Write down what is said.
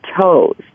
toes